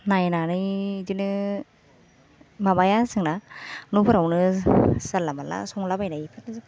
नायनानै बिदिनो माबाया जोंना न'फोरावनो जानला मोनला संलाबायनाय